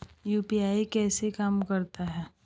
UPI कैसे काम करता है?